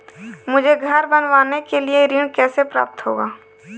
मुझे घर बनवाने के लिए ऋण कैसे प्राप्त होगा?